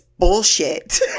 bullshit